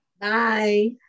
Bye